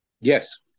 Yes